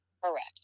Correct